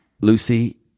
Lucy